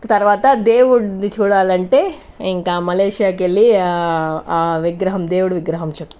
తర్వాత దేవుడిది చూడాలంటే ఇంకా మలేషియాకు వెళ్లి ఆ విగ్రహం దేవుడి విగ్రహం చూ